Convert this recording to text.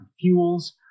fuels